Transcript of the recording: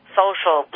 social